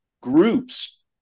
groups